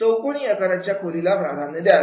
चौकोनी आकाराच्या खोलीला प्राधान्य द्यावे